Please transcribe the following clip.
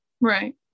Right